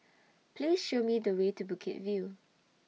Please Show Me The Way to Bukit View